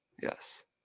Yes